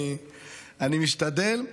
אני משתדל.